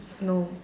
no